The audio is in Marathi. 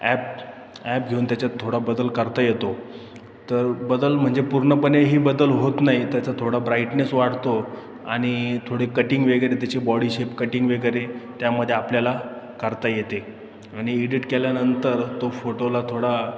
ॲप ॲप घेऊन त्याच्यात थोडा बदल करता येतो तर बदल म्हणजे पूर्णपणेही बदल होत नाही त्याचा थोडा ब्राईटनेस वाढतो आणि थोडी कटिंग वगैरे त्याची बॉडीशेप कटिंग वगैरे त्यामध्ये आपल्याला करता येते आणि इडिट केल्यानंतर तो फोटोला थोडा